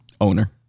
owner